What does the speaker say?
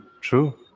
True